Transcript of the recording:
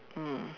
mm